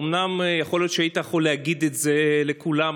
אומנם יכול להיות שהיית יכול להגיד את זה לכולם,